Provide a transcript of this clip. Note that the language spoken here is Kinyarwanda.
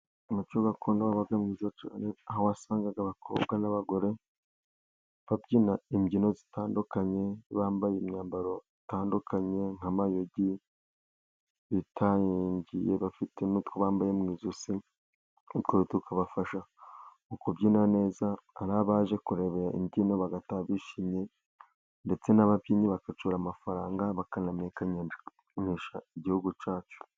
Umuco gakondo wabaga mwiza cyane, aho wasangaga abakobwa n'abagore babyina imbyino zitandukanye, bambaye imyambaro itandukanye nk' amayogi, bitandiye bafite n'utwo bambaye mu ijosi. Utwo tukabafasha mu kubyina neza, ari abaje kureba imbyino bagataha bishimye, ndetse n'ababyinnyi bagacyura amafaranga bakanamenyekanisha igihugu cyacu.